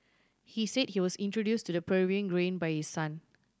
he said he was introduce to the Peruvian grain by his son